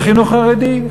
לחינוך חרדי.